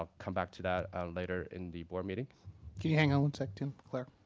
ah come back to that later in the board meeting. can you hang on one second, claire?